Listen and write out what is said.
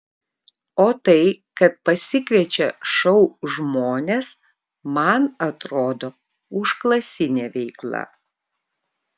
o tai kad pasikviečia šou žmones man atrodo užklasinė veikla